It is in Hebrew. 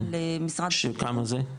שכמה זה?